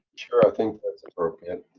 sure, i think that's appropriate.